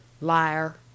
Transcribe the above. LIAR